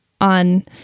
on